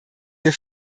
wir